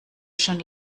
schon